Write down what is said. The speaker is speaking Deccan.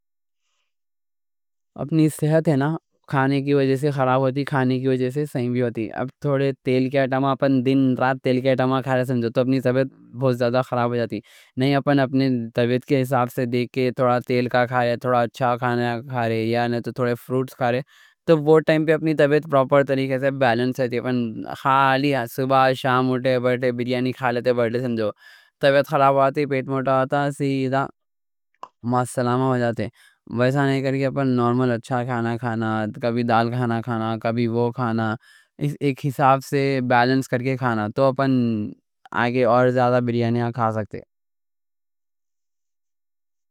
اپنی صحت ہے نا، کھانے کی وجہ سے خراب ہوتی۔ کھانے کی وجہ سے صحیح بھی ہوتی۔ اب تھوڑے تیل کے آئٹما اپن دن رات تیل کے آئٹما کھا رئے سمجھو، تو اپنی طبیعت بہت زیادہ خراب ہو جاتی، نہیں۔ اپن اپنی طبیعت کے حساب سے دیکھے، تھوڑا تیل کا کھا رئے، تھوڑا اچھا کھانا کھا رئے۔ یا نا تو تھوڑے فروٹس کھا رئے، تو وہ ٹائم پہ اپنی طبیعت پراپر طریقے سے ویسا نہیں کر کے۔ صبح شام بریانی کھا لیتے تو طبیعت خراب ہو جاتی۔ پیٹ موٹا آتا ہے۔ نورمل اچھا کھانا کھانا، کبھی دال کھانا، کبھی وہ کھانا، ایک حساب سے بیلنس کر کے کھانا، تو اپن آگے اور زیادہ بریانی کھا سکتے ہیں.